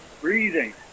Breathing